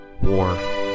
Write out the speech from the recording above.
War